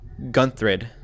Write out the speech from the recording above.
Gunthrid